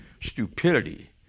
stupidity